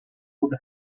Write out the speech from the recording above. would